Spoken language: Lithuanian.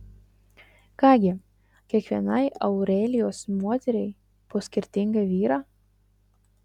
ką gi kiekvienai aurelijos moteriai po skirtingą vyrą